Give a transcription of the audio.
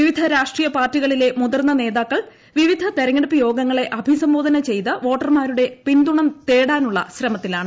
വിവിധ രാഷ്ട്രീയ പാർട്ടികളിലെ മുതിർന്ന നേതാക്കൾ വിവിധ തിരഞ്ഞെടുപ്പ് യോഗങ്ങളെ അഭിസംബോധന ചെയ്ത് വോട്ടർമാരുടെ പിന്തുണ തേടാനുള്ള ശ്രമത്തിലാണ്